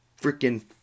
freaking